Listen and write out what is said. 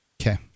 Okay